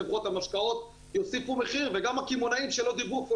חברות המשקאות יוסיפו מחיר וגם הקמעונאים שלא דיברו פה,